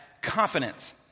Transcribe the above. confidence